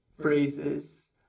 phrases